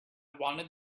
wanted